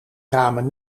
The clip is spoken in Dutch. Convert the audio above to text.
ramen